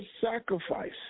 sacrifice